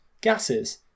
gases